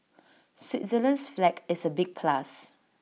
Switzerland's flag is A big plus